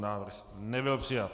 Návrh nebyl přijat.